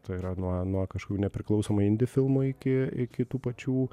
tai yra nuo nuo kažkokių nepriklausomų indie filmų iki iki tų pačių